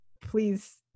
please